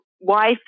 wife